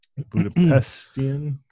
Budapestian